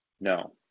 No